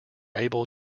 able